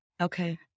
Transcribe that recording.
Okay